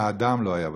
בן-האדם לא היה בשואה.